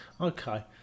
Okay